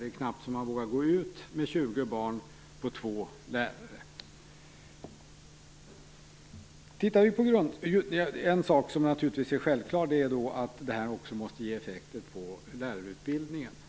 Det är knappt att de vågar gå ut med Det är självklart att detta också måste ge effekter för lärarutbildningen.